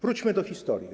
Wróćmy do historii.